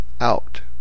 out